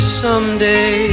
someday